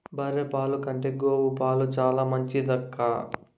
బర్రె పాల కంటే గోవు పాలు చాలా మంచిదక్కా